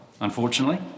unfortunately